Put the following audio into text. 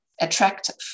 attractive